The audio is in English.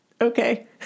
Okay